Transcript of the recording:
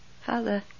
Father